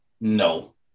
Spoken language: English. No